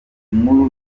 inkuru